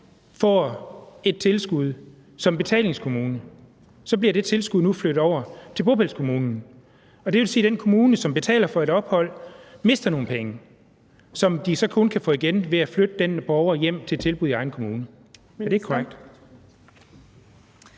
får et tilskud som betalingskommune, så bliver det tilskud nu flyttet over til bopælskommunen? Det vil sige, at den kommune, som betaler for et ophold, mister nogle penge, som den så kun kan få igen ved at flytte den borger hjem til tilbud i egen kommune. Er det ikke korrekt?